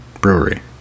brewery